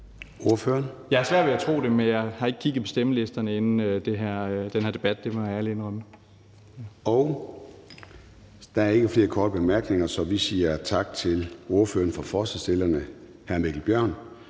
Jeg har svært ved at tro det, men jeg har ikke kigget på stemmelisterne inden den her debat. Det må jeg ærligt indrømme. Kl. 20:46 Formanden (Søren Gade): Der er ikke flere korte bemærkninger, så vi siger tak til ordføreren for forslagsstillerne, hr. Mikkel Bjørn.